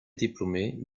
diplômé